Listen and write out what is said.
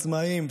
עצמאים,